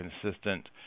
consistent